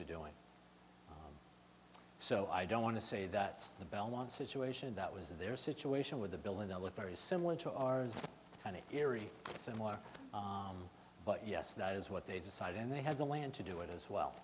to doing so i don't want to say that the belmont situation that was their situation with the builder they'll look very similar to ours kind of eerie similar but yes that is what they decide and they have the land to do it as well